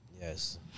Yes